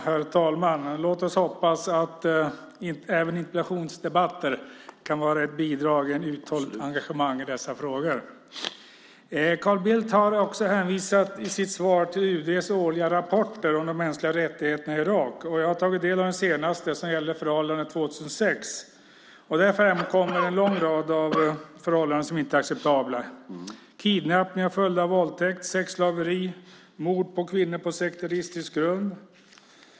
Herr talman! Låt oss hoppas att även interpellationsdebatter kan vara ett bidrag till ett uthålligt engagemang i dessa frågor. Carl Bildt hänvisar i sitt svar till UD:s årliga rapporter om de mänskliga rättigheterna i Irak. Jag har tagit del av den senaste rapporten som gäller förhållandena 2006, och där framkommer en lång rad förhållanden som inte är acceptabla: kidnappningar följda av våldtäkt, sexslaveri och mord på kvinnor på sekteristisk grund.